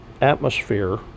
atmosphere